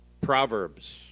proverbs